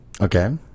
Okay